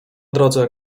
drodze